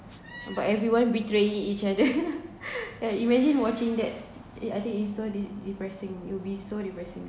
about everyone betray each other yeah imagine watching that I think it's so depressing you'll be so depressing